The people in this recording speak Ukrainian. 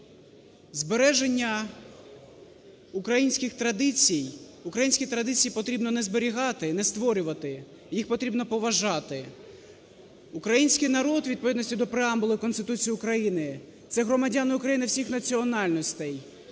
традицій... Українські традиції потрібно не зберігати і не створювати, їх потрібно поважати. Український народ, у відповідності до преамбули Конституції України – це громадяни України всіх національностей,